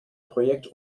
projekt